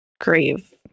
grave